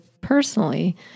personally